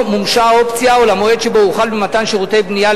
מומשה האופציה או למועד שבו הוחל במתן שירותי בנייה,